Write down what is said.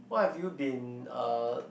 what have you been uh